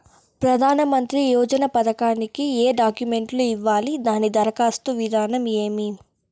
ప్రధానమంత్రి యోజన పథకానికి ఏ డాక్యుమెంట్లు ఇవ్వాలి దాని దరఖాస్తు విధానం ఏమి